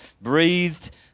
breathed